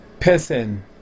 person